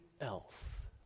else